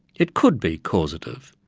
it could be causative.